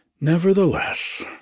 Nevertheless